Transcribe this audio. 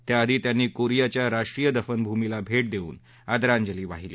त्याआधी त्यांनी कोरियाच्या राष्ट्रीय दफनभूमीला भेट देऊन आदरांजली वाहिली